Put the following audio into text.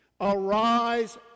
Arise